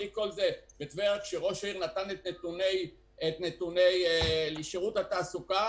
בטבריה כשראש העיר נתן את נתוני שירות התעסוקה